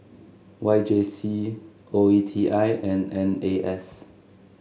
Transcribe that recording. Y J C O E T I and N A S